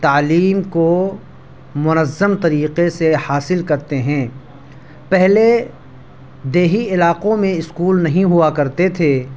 تعلیم کو منظم طریقے سے حاصل کرتے ہیں پہلے دیہی علاقوں میں اسکول نہیں ہوا کرتے تھے